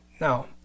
Now